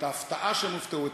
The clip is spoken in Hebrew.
את ההפתעה שהם הופתעו,